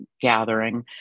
gathering